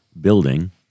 building